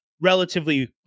relatively